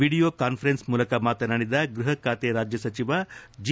video conference ಮೂಲಕ ಮಾತನಾಡಿದ ಗೃಹ ಖಾತೆ ರಾಜ್ಯ ಸಚಿವ ಜಿ